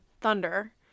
Thunder